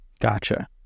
gotcha